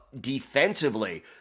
defensively